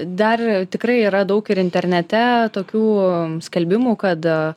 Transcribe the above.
dar tikrai yra daug ir internete tokių skelbimų kad